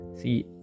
See